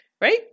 Right